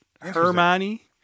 Hermione